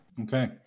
Okay